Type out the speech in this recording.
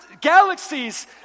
galaxies